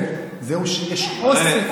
זהו, שיש אוסף.